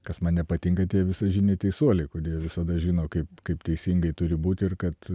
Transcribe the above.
kas man nepatinka tie visažiniai teisuoliai kurie visada žino kaip kaip teisingai turi būti ir kad